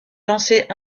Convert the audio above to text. lancés